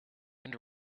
and